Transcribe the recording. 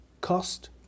Cost